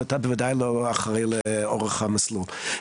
ואתה בוודאי לא אחראי לאורך המסלול.